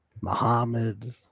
Muhammad